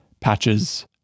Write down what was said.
patches